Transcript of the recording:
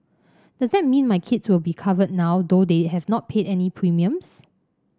does that mean my kids will be covered now though they have not paid any premiums